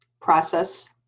process